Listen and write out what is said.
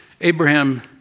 Abraham